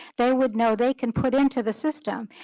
they would know they can put into the system.